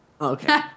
Okay